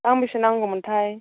गांबेसे नांगौमोनथाय